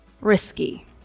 risky